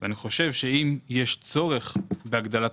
אני חושב שהשאלה היא שאלה מהותית.